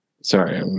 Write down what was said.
sorry